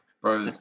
Bro